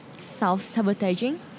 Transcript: self-sabotaging